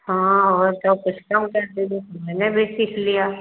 हाँ और क्या कुछ कम कर दीजिए मैंने भी सीख लिया